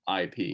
IP